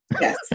Yes